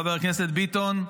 חבר הכנסת ביטון,